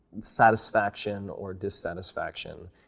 satisfaction or dissatisfaction.